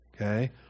okay